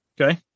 Okay